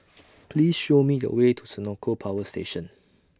Please Show Me The Way to Senoko Power Station